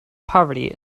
poverty